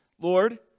Lord